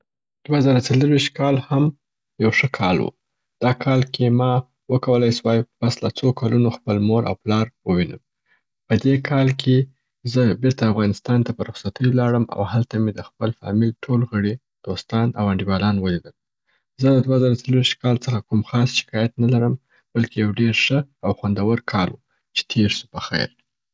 دوه زره څلرویشت کال هم یو ښه کال وو. دا کال کې ما و کولای سوای پسله څو کلونو خپل مور او پلار ووینم. په دې کال کې زه بیرته افغانستان ته په رخصتي ولاړم او هلته مي د خپل فامیل ټول غړي، دوستان او انډیوالان ولیدل. زه د دوه زره څلرویشت کال څخه کوم خاص شکایت نه لرم بلکی یو ډېر ښه او خوندور کال و چې تیر سو په خیر.